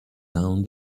down